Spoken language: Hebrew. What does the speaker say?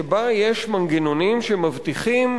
שבה יש מנגנונים שמבטיחים